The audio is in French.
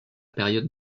période